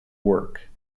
work